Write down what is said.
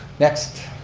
next.